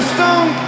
Stone